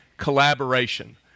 collaboration